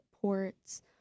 ports